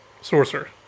sorcerer